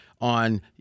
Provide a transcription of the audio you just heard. on